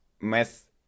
math